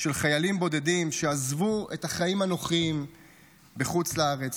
של חיילים בודדים שעזבו את החיים הנוחים בחוץ לארץ